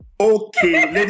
Okay